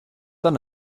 dann